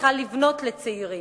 צריכה לבנות לצעירים.